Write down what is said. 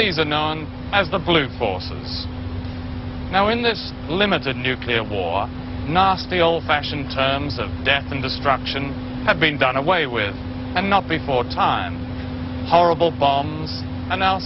these are known as the blue forces now in this limited nuclear war nah still fashion terms of death and destruction have been done away with and not before time horrible bombs and now